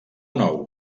nou